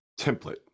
template